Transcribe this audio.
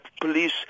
police